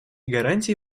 гарантии